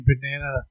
banana